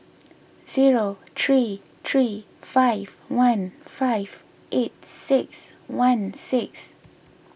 zero three three five one five eight six one six